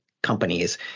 companies